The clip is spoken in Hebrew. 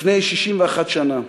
לפני 61 שנה,